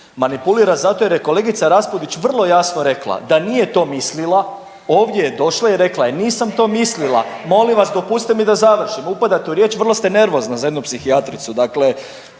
Manipulira zato jer je kolegica Raspudić vrlo jasno rekla da nije to mislila. Ovdje je došla i rekla je nisam to mislila, molim vas dopustite mi da završim, upadate u riječ, vrlo ste nervozna za jednu psihijatricu. Dakle,